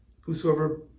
whosoever